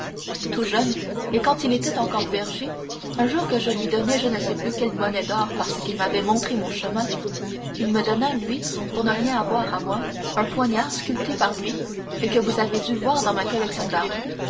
tout jeune et quand il était encore berger un jour que je lui donnai je ne sais plus quelle monnaie d'or parce qu'il m'avait montré mon chemin il me donna lui pour ne rien devoir à moi un poignard sculpté par lui et que vous avez dû voir dans ma collection d'armes